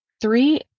three